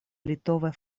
litovaj